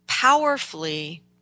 powerfully